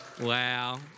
Wow